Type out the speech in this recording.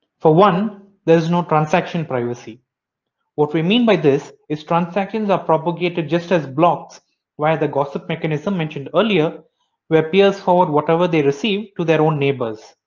for one there is no transaction privacy what we mean by this is transactions are propagated just as blocks via the gossip mechanism mentioned earlier where peers forward whatever they receive to their own neighbors.